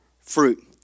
fruit